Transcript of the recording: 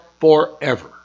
forever